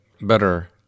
better